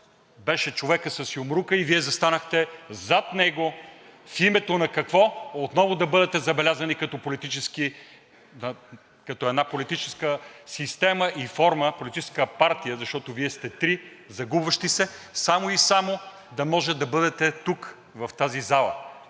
беше човекът с юмрука и Вие застанехте зад него в името на какво? Отново да бъдете забелязани като една политическа система и форма – политическа партия, защото Вие сте три загубващи се, само и само да може да бъдете тук в тази зала.